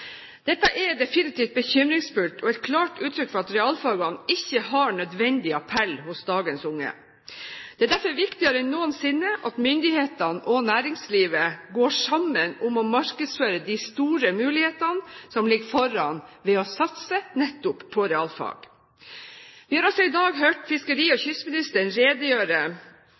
viktigere enn noensinne at myndighetene og næringslivet går sammen om å markedsføre de store mulighetene som foreligger, ved å satse nettopp på realfag. Vi har i dag hørt fiskeri- og kystministeren redegjøre